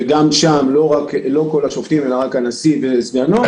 וגם שם לא כל השופטים אלא רק הנשיא והסגן שלו,